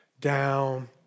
down